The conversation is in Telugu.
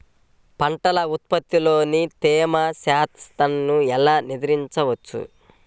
పంటల ఉత్పత్తిలో తేమ శాతంను ఎలా నిర్ధారించవచ్చు?